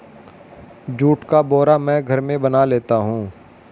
जुट का बोरा मैं घर में बना लेता हूं